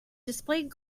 displayed